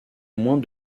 moins